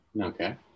Okay